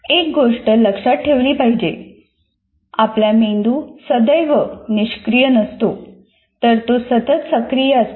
एक गोष्ट लक्षात ठेवली पाहिजे आपला मेंदू सदैव निष्क्रीय नसतो तर तो सतत सक्रिय असतो